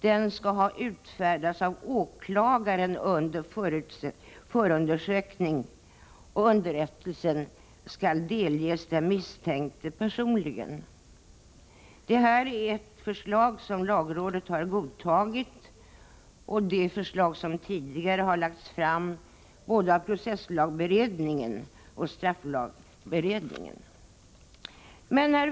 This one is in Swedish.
Den skall ha utfärdats av åklagaren under förundersökningen och skall delges den misstänkte personligen. Detta förslag har lagrådet godtagit. Det har tidigare lagts fram både av processlagberedningen och av strafflagberedningen.